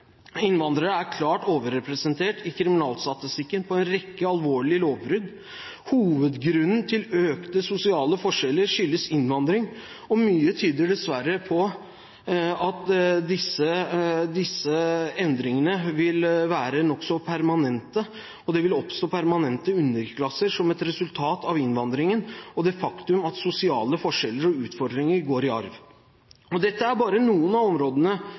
Innvandrere er klart overrepresentert i kriminalstatistikken, for en rekke alvorlige lovbrudd. Hovedgrunnen til økte sosiale forskjeller er innvandring, og mye tyder dessverre på at disse endringene vil være nokså permanente, og det vil oppstå permanente underklasser som et resultat av innvandringen og det faktum at sosiale forskjeller og utfordringer går i arv. Dette er bare noen av områdene